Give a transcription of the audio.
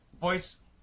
voice